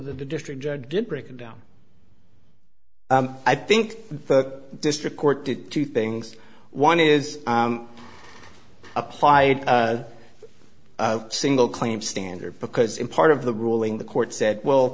the district judge did break down i think the district court did two things one is applied single claim standard because in part of the ruling the court said well